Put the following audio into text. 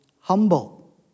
humble